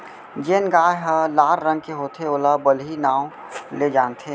जेन गाय ह लाल रंग के होथे ओला बलही नांव ले जानथें